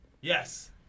Yes